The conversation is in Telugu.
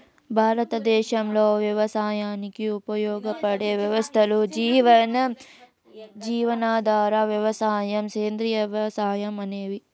భారతదేశంలో వ్యవసాయానికి ఉపయోగపడే వ్యవస్థలు జీవనాధార వ్యవసాయం, సేంద్రీయ వ్యవసాయం అనేవి